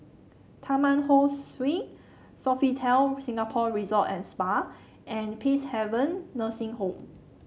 Taman Ho Swee Sofitel Singapore Resort and Spa and Peacehaven Nursing Home